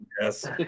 Yes